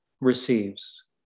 receives